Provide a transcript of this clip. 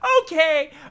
Okay